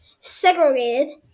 segregated